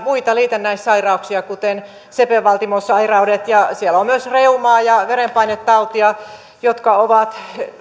liitännäissairauksia kuten sepelvaltimosairaudet ja siellä on myös reumaa ja verenpainetautia joita on